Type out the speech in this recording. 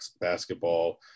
basketball